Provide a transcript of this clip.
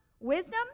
Wisdom